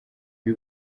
b’i